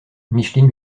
micheline